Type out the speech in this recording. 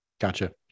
Gotcha